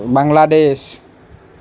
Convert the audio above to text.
Bangladesh